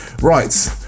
Right